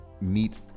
meet